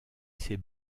ses